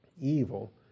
Evil